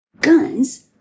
Guns